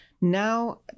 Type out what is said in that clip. Now